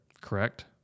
Correct